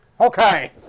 Okay